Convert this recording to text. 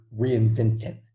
reinventing